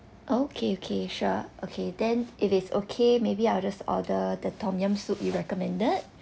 oh okay okay sure okay then if it's okay maybe I'll just order the tom yum soup you recommended